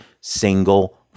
single